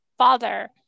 father